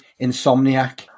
Insomniac